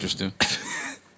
interesting